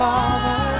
Father